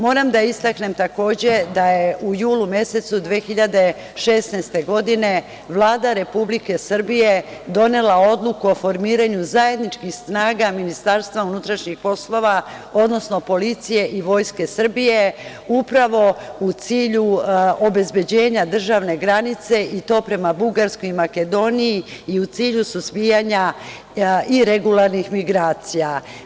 Moram da istaknem takođe da je u jul u mesecu 2016. godine Vlada Republike Srbije donela odluku o formiranju zajedničkih snaga MUP, odnosno policije i Vojske Srbije upravo u cilju obezbeđenja državne granice i to prema Bugarskoj i Makedoniji i u cilju suzbijanja i regularnih migracija.